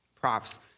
props